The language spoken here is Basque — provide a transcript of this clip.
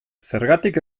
zergatik